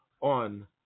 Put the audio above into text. on